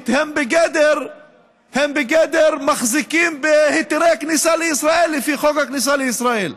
הם בגדר מחזיקים בהיתרי כניסה לישראל לפי חוק הכניסה לישראל?